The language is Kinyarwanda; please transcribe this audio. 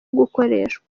gukoreshwa